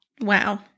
Wow